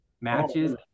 matches